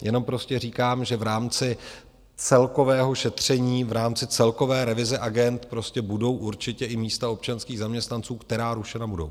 Jenom prostě říkám, že v rámci celkového šetření, v rámci celkové revize agend budou určitě i místa občanských zaměstnanců, která rušena budou.